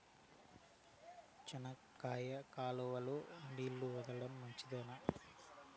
చెనక్కాయకు కాలువలో నీళ్లు వదలడం మంచిదేనా?